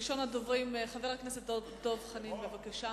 ראשון הדוברים, חבר הכנסת דב חנין, בבקשה.